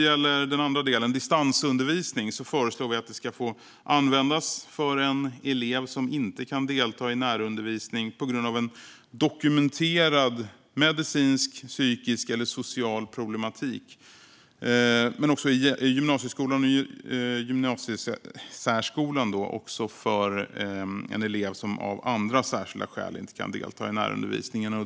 När det gäller distansundervisning föreslår vi att sådan ska få användas för en elev som inte kan delta i närundervisning på grund av en dokumenterad medicinsk, psykisk eller social problematik. I gymnasieskolan och i gymnasiesärskolan ska sådan få användas även för elever som av andra särskilda skäl inte kan delta i närundervisningen.